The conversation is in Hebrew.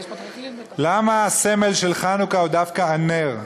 למה הסמל של חנוכה הוא דווקא הנר,